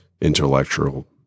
intellectual